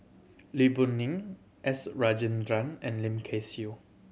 Lee Boon S Rajendran and Lim Kay Siu